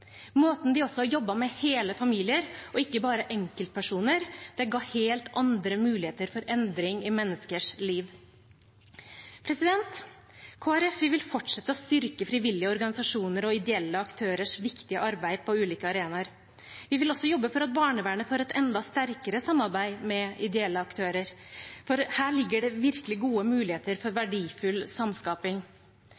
Måten de også jobbet med hele familier på, og ikke bare med enkeltpersoner, ga helt andre muligheter for endring i menneskers liv. Kristelig Folkeparti vil fortsette å styrke frivillige organisasjoner og ideelle aktørers viktige arbeid på ulike arenaer. Vi vil også jobbe for at barnevernet skal få et enda sterkere samarbeid med ideelle aktører. Her ligger det virkelig gode muligheter for